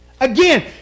Again